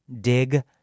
Dig